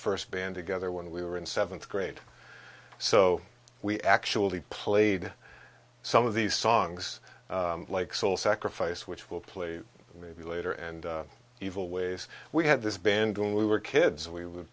band together when we were in seventh grade so we actually played some of these songs like soul sacrifice which will play maybe later and evil ways we had this band going we were kids we would